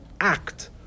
act